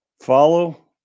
Follow